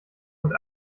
und